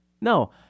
no